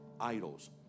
idols